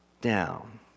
down